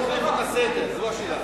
אבל למה הופכים את הסדר, זו השאלה.